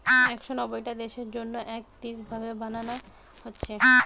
একশ নব্বইটা দেশের জন্যে একত্রিত ভাবে বানানা হচ্ছে